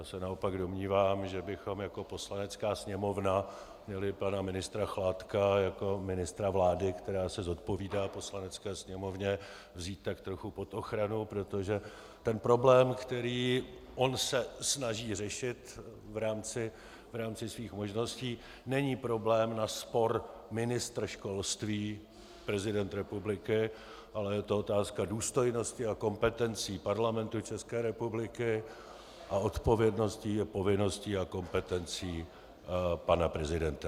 Já se naopak domnívám, že bychom jako Poslanecká sněmovna měli pana ministra Chládka jako ministra vlády, která se zodpovídá Poslanecké sněmovně, vzít tak trochu pod ochranu, protože ten problém, který on se snaží řešit v rámci svých možností, není problém na spor ministr školství prezident republiky, ale je to otázka důstojnosti a kompetencí Parlamentu České republiky a odpovědnosti a povinností a kompetencí pana prezidenta.